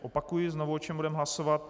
Opakuji znovu, o čem budeme hlasovat.